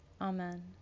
Amen